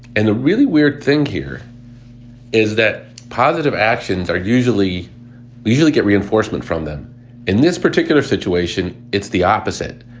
and the really weird thing here is that positive actions are usually usually get reinforcement from them in this particular situation. it's the opposite.